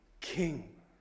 king